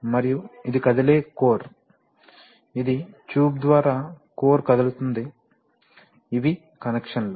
మరియు ఇది కదిలే కోర్ ఇది ట్యూబ్ ద్వారా కోర్ కదులుతుంది ఇవి కనెక్షన్లు